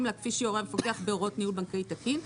לה כפי שיורה המפקח בהוראות ניהול בנקאי תקין,